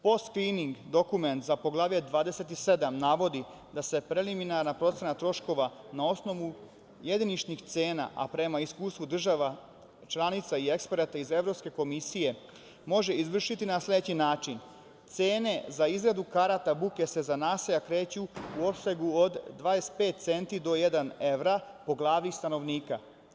Post skrining dokumentu za Poglavlje 27 navodi da se preliminarna procena troškova na osnovu jediničnih cena, a prema iskustvu država članica i eksperata iz Evropske komisije može izvršiti na sledeći način – cene za izradu karata buke se za naselja kreću u opsegu od 25 centi do jedan evro po glavi stanovnika.